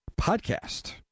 podcast